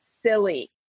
silly